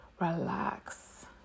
relax